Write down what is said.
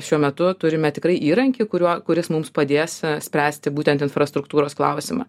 šiuo metu turime tikrai įrankį kuriuo kuris mums padės spręsti būtent infrastruktūros klausimą